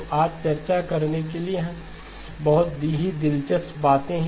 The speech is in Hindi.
तो आज चर्चा करने के लिए बहुत ही दिलचस्प बातें हैं